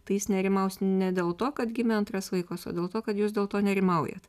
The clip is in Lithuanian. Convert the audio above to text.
tai jis nerimaujas ne dėl to kad gimė antras vaikas o dėl to kad jūs dėl to nerimaujat